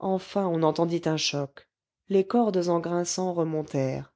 enfin on entendit un choc les cordes en grinçant remontèrent